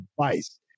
advice